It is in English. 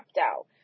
out